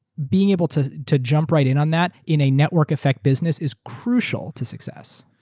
being able to to jump right in on that in a network effect business is crucial to success.